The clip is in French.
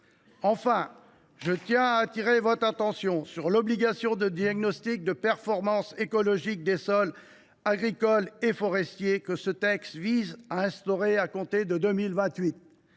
Enfin, je tiens à attirer votre attention sur l’obligation de diagnostic de performance écologique des sols agricoles et forestiers que ce texte vise à instaurer à compter de 2028.